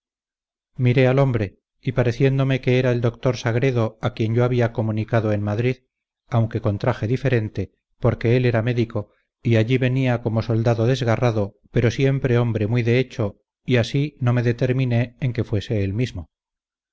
miré al hombre y pareciéndome que era el doctor sagredo a quien yo había comunicado en madrid aunque con traje diferente porque él era médico y allí venía como soldado desgarrado pero siempre hombre muy de hecho y así no me determiné en que fuese él mismo